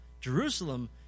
Jerusalem